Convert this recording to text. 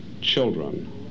children